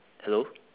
hello